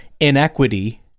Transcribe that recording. inequity